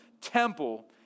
temple